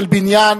של בניין,